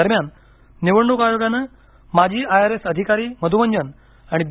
दरम्यान निवडणूक आयोगानं माजी आयआरएस अधिकारी मधुमंजन आणि बी